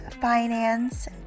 finance